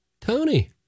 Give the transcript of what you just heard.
Tony